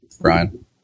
Brian